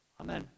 Amen